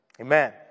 Amen